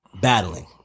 battling